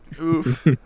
Oof